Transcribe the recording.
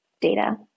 data